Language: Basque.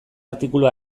artikulu